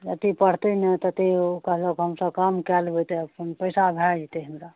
जते पढ़तै ने तते ओ कहलक हमसब काम कए लेबै तऽ पैसा भए जेतै हमरा